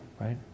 right